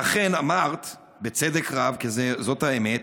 ואכן אמרת, בצדק רב, כי זאת האמת,